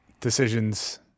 decisions